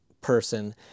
person